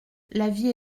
l’avis